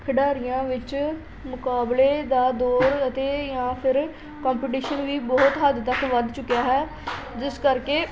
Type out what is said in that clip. ਖਿਡਾਰੀਆਂ ਵਿੱਚ ਮੁਕਾਬਲੇ ਦਾ ਦੌਰ ਅਤੇ ਜਾਂ ਫਿਰ ਕੰਪਟੀਸ਼ਨ ਵੀ ਬਹੁਤ ਹੱਦ ਤੱਕ ਵੱਧ ਚੁੱਕਿਆ ਹੈ ਜਿਸ ਕਰਕੇ